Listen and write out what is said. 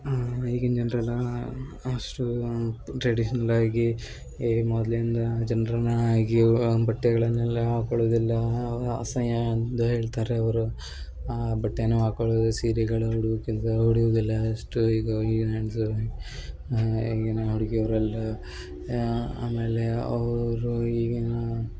ಈಗಿನ ಜನರೆಲ್ಲ ಅಷ್ಟೂ ಟ್ರೆಡಿಷ್ನಲ್ ಆಗಿ ಈಗ ಮೊದಲಿಂದ ಜನರನ್ನ ಆಗಿ ಅವ್ಗಳನ್ನ ಬಟ್ಟೆಗಳನ್ನ ಎಲ್ಲಾ ಹಾಕೊಳೊದೆಲ್ಲಾ ಅಸಹ್ಯ ಅಂದು ಹೇಳ್ತಾರೆ ಅವರು ಆ ಬಟ್ಟೇನೂ ಹಾಕೊಳೋದು ಸೀರೆಗಳು ಉಡೋಕಿಲ್ಲವಾ ಉಡುವುದಿಲ್ಲ ಅಷ್ಟು ಈಗ ಈಗಿನ ಹೆಂಗಸರು ಈಗಿನ ಹುಡ್ಗ್ಯರು ಎಲ್ಲಾ ಆಮೇಲೆ ಅವರು ಈಗಿನ